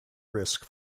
risk